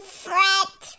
fret